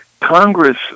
Congress